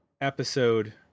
episode